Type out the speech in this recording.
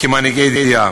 כמנהיגי דעה.